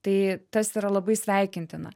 tai tas yra labai sveikintina